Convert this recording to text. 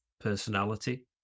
personality